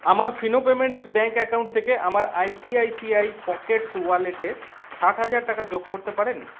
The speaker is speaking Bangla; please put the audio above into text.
আমার ফিনো পেমেন্টস ব্যাংক অ্যাকাউন্ট থেকে আমার আইসিআইসিআই পকেটস ওয়ালেটে ষাট হাজার টাকা যোগ করতে পারেন